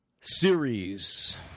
series